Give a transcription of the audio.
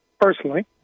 personally